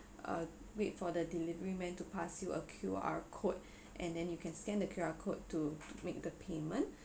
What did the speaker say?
wait for the delivery man to pass you a Q_R code and then you can scan the Q_R code to make the payment